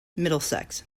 middlesex